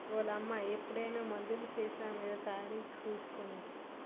ఓలమ్మా ఎప్పుడైనా మందులు సీసామీద తారీకు సూసి కొనే